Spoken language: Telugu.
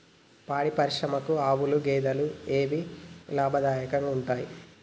పాడి పరిశ్రమకు ఆవుల, గేదెల ఏవి లాభదాయకంగా ఉంటయ్?